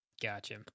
Gotcha